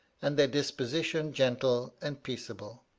and their disposition gentle and peaceable.